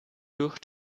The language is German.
durch